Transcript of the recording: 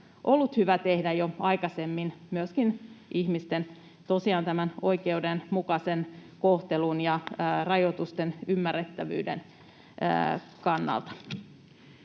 ollut hyvä tehdä jo aikaisemmin tosiaan myöskin ihmisten oikeudenmukaisen kohtelun ja rajoitusten ymmärrettävyyden kannalta.